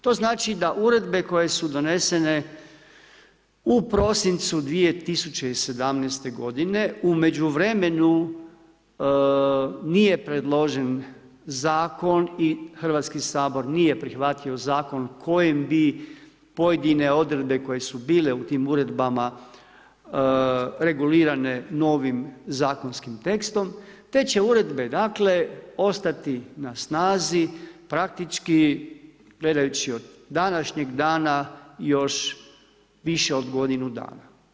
To znači da uredbe koje su donesene u prosincu 2017. g. u međuvremenu nije predložen zakon i Hrvatski sabor nije prihvatio zakon kojem bi pojedine odredbe koje su bile u tim uredbama regulirane novim zakonskim tekstom, te će uredbe dakle ostati na snazi praktički gledajući od današnjeg dana još više od godinu dana.